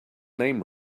name